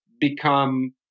become